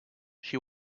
she